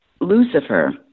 Lucifer